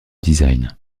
design